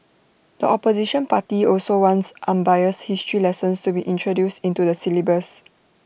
the opposition party also wants unbiased history lessons to be introduced into the syllabus